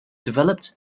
developed